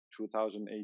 2018